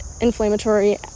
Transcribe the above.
inflammatory